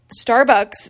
Starbucks